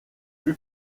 plus